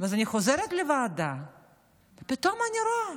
אני חוזרת לוועדה ופתאום אני רואה,